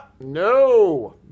No